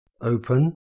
Open